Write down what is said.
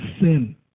sin